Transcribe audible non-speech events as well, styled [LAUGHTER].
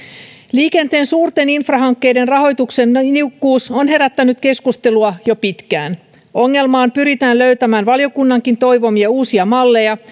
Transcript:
liikenteen suurten infrahankkeiden rahoituksen niukkuus on herättänyt keskustelua jo pitkään ongelmaan pyritään löytämään valiokunnankin toivomia uusia malleja [UNINTELLIGIBLE]